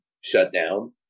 shutdown